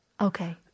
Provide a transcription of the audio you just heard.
Okay